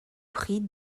prix